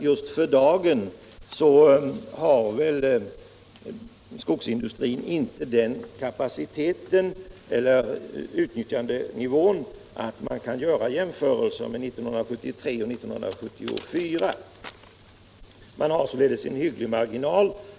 Just för dagen har väl skogsindustrin inte den kapaciteten eller utnyttjandegraden att man kan göra jämförelser med 1973 och 1974. Man har således en hygglig marginal.